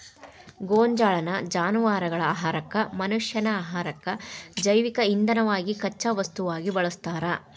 ಗೋಂಜಾಳನ್ನ ಜಾನವಾರಗಳ ಆಹಾರಕ್ಕ, ಮನಷ್ಯಾನ ಆಹಾರಕ್ಕ, ಜೈವಿಕ ಇಂಧನವಾಗಿ ಕಚ್ಚಾ ವಸ್ತುವಾಗಿ ಬಳಸ್ತಾರ